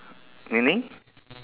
mmhmm